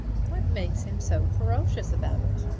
what makes him so ferocious about it?